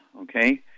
okay